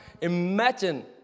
Imagine